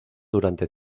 durante